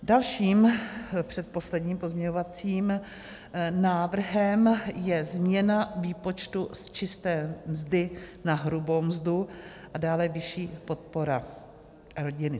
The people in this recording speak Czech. Dalším, předposledním pozměňovacím návrhem je změna výpočtu z čisté mzdy na hrubou mzdu a dále vyšší podpora rodiny.